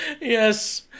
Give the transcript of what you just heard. Yes